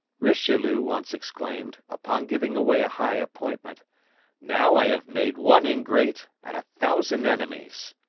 richelieu once exclaimed, upon giving away a high appointment now i have made one ingrate and a thousand enemies.